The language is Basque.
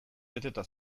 beteta